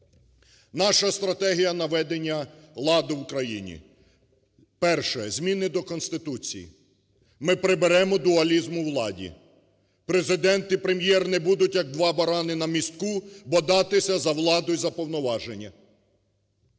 Наша стратегія - наведення ладу в країні. Перше. Зміни до Конституції. Ми приберемо дуалізм у владі. Президент і Прем'єр не будуть як два барани на містку бодатися за владу і за повноваження.